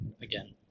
again